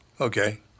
Okay